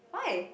why